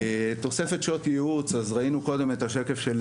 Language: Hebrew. תוספת שעות ייעוץ אז ראינו קודם את השקף של